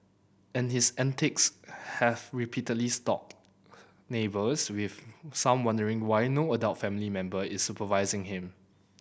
and his antics have repeatedly neighbours with some wondering why no adult family member is supervising him